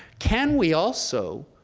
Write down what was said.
can we also